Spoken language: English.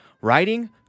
writing